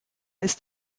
ist